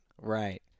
right